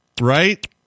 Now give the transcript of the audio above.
right